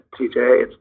TJ